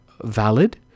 valid